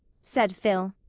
said phil.